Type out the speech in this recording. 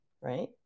right